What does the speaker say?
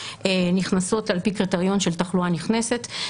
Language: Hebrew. נכנסות על פי קריטריון של תחלואה נכנסת.